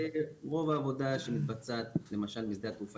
רוב העבודה שמתבצעת למשל בשדה התעופה